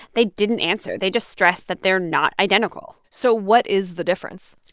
they didn't answer. they just stressed that they're not identical so what is the difference?